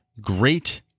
Great